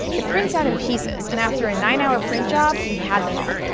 it prints out in pieces and after a nine-hour print job, we had them all.